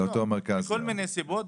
מכל מיני סיבות,